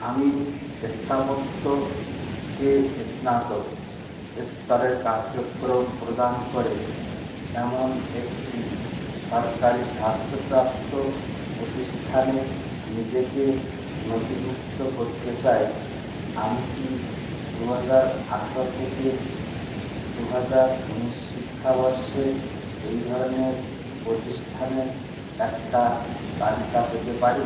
আমি স্থাপত্য এ স্নাতক স্তরের কার্যক্রম প্রদান করে এমন একটি সরকারি সাহায্যপ্রাপ্ত প্রতিষ্ঠানে নিজেকে নথিভুক্ত করতে চাই আমি কি দু হাজার আঠারো থেকে দু হাজার উনিশ শিক্ষাবর্ষে এই ধরনের প্রতিষ্ঠানের একটা তালিকা পেতে পারি